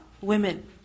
women